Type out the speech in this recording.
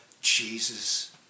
Jesus